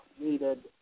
needed